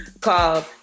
Called